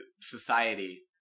society